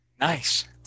Nice